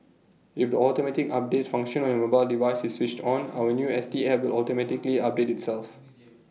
if the automatic update function on your mobile device is switched on our new S T app will automatically update itself